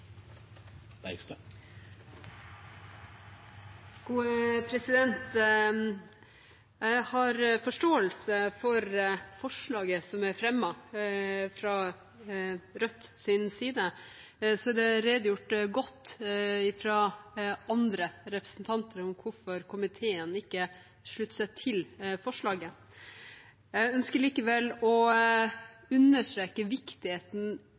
Jeg har forståelse for forslaget som er fremmet fra Rødts side. Så er det redegjort godt fra andre representanter om hvorfor komiteen ikke slutter seg til forslaget. Jeg ønsker likevel å understreke det som også flertallet i komiteen har sluttet seg til en merknad om, nemlig viktigheten